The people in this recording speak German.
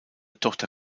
tochter